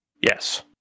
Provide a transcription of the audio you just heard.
Yes